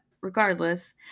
regardless